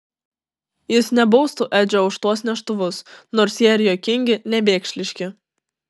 jis nebaustų edžio už tuos neštuvus nors jie ir juokingi nevėkšliški